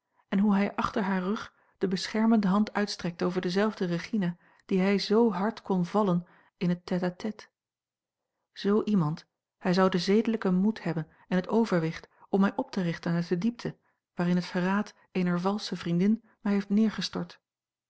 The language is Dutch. en hoe hij achter haar rug de beschermende hand uitstrekte over dezelfde regina die hij zoo hard kon vallen in het tête à tête zoo iemand hij zou den zedelijken moed hebben en het overwicht om mij op te richten uit de diepte waarin het verraad eener valsche vriendin mij heeft neergestort